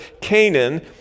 Canaan